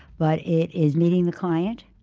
but it is meeting the client,